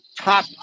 top